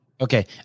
Okay